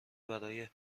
برای